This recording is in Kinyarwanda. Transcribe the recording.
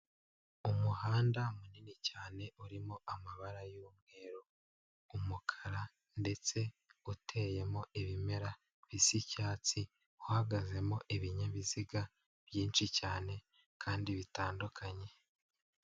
Umuhanda munini cyane urimo amabara y'umweru, umukara, ndetse uteyemo ibimera bisa icyatsi, uhagazemo ibinyabiziga byinshi cyane kandi bitandukanye.